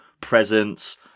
presence